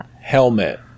Helmet